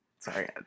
sorry